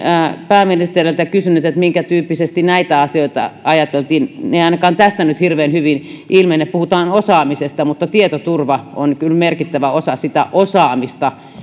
pääministeriltä kysynyt minkä tyyppisesti näitä asioita ajateltiin ne eivät ainakaan tästä nyt hirveän hyvin ilmene puhutaan osaamisesta mutta tietoturva on kyllä merkittävä osa sitä osaamista